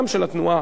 גם של התנועה,